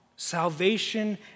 Salvation